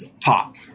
top